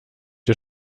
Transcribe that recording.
ihr